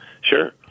Sure